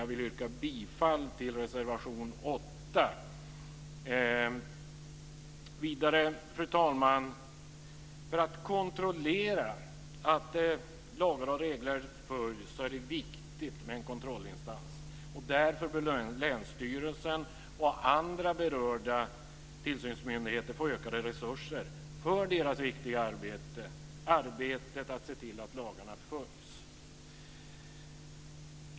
Jag vill yrka bifall till reservation Fru talman! För att kontrollera att lagar och regler följs är det viktigt med en kontrollinstans. Därför bör länsstyrelsen och andra berörda tillsynsmyndigheter få ökade resurser för deras viktiga arbete med att se till att lagarna följs.